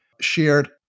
shared